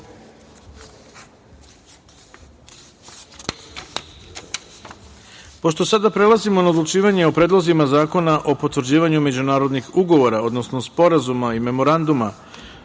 sada prelazimo na odlučivanje o predlozima zakona o potvrđivanju međunarodnih ugovora, odnosno sporazuma i memoranduma